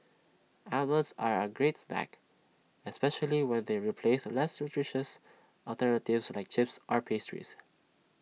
almonds are A great snack especially when they replace less nutritious alternatives like chips or pastries